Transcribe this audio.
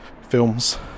films